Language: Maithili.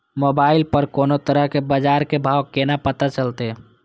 मोबाइल पर कोनो तरह के बाजार के भाव केना पता चलते?